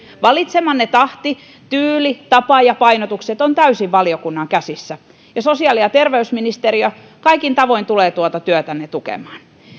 valitsemanne tahti tyyli tapa ja painotukset ovat täysin valiokunnan käsissä ja sosiaali ja terveysministeriö kaikin tavoin tulee tuota työtänne tukemaan